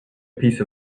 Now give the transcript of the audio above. piece